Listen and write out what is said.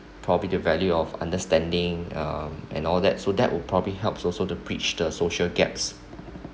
probably the value of understanding um and all that so that would probably helps also the breach the social gaps